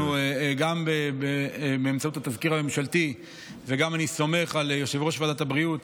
גם באמצעות התזכיר הממשלתי ואני גם סומך על יושב-ראש ועדת הבריאות,